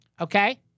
okay